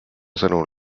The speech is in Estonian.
sõnul